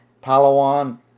Palawan